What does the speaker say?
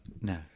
no